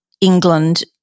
England